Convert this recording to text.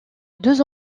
deux